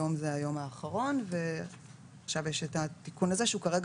היום זה היום האחרון ועכשיו יש את התיקון הזה שהוא כרגע לא בתוקף.